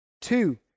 Two